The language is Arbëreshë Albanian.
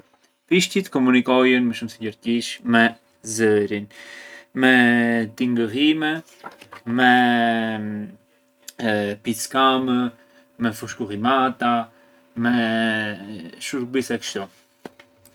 Pishqit komunikojën më shumë se gjithqish me zërin, me tingëllime, me pickamë, me fushkullimata, me shurbise kështu.